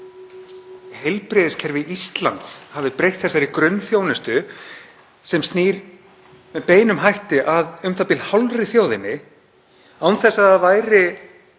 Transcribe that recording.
heilbrigðiskerfi Íslands hafi breytt grunnþjónustu sem snýr með beinum hætti að u.þ.b. hálfri þjóðinni án þess að það væri